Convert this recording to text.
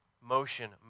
motion